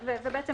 ובעצם,